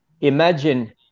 Imagine